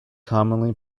commonly